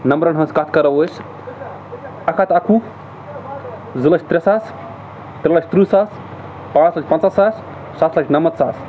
نمبرَن ہٕنٛز کَتھ کَرو أسۍ اَکھ ہَتھ اَکوُہ زٕ لَچھ ترٛےٚ ساس ترٛےٚ لَچھ تٕرٛہ ساس پانٛژھ لَچھ پنٛژاہ ساس سَتھ لَچھ نَمَتھ ساس